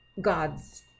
gods